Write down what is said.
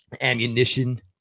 ammunition